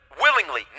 willingly